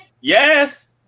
Yes